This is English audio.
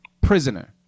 Prisoner